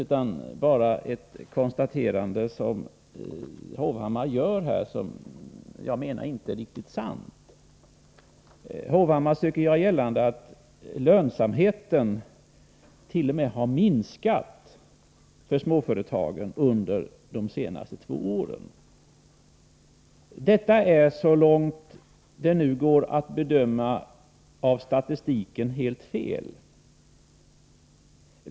Hovhammar gjorde här ett konstaterande som enligt min mening inte är riktigt sant. Hovhammar sökte göra gällande att lönsamheten för småföretagen t.o.m. har minskat under de senaste två åren. Detta är, så långt det nu går att bedöma av statistiken, helt fel.